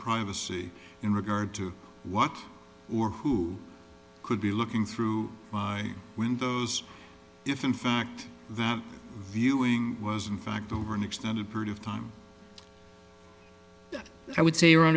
privacy in regard to walk or who could be looking through windows if in fact the viewing was in fact over an extended period of time i would say your hon